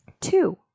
Two